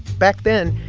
back then,